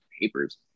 papers